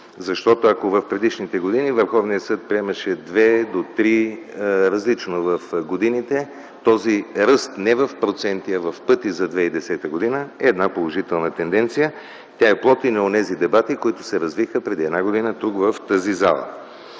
Защото ако в предишните години Върховният съд приемаше две, до три, различно в годините, този ръст не в проценти, а в пъти за 2010 г. е една положителна тенденция. Тя е плод на онези дебати, които се развиха преди една година тук, в тази зала.